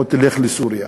או תלך לסוריה.